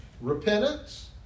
repentance